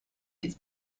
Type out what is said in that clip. its